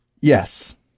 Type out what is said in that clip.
Yes